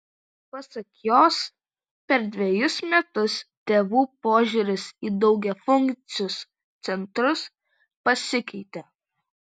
pasak jos per dvejus metus tėvų požiūris į daugiafunkcius centrus pasikeitė